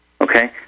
Okay